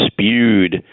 spewed